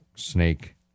snake